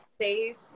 safe